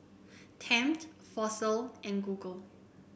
Tempt Fossil and Google